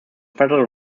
federal